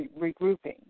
regrouping